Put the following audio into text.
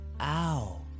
Ow